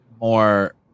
more